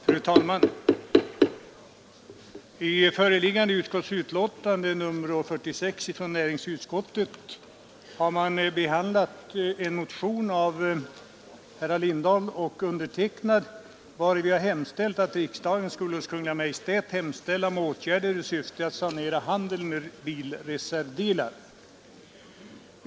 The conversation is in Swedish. Fru talman! I näringsutskottets betänkande nr 46 behandlas en motion av herr Lindahl och mig själv, vari vi har hemställt att riksdagen skulle hos Kungl. Maj:t hemställa om åtgärder i syfte att sanera handeln med bilreservdelar.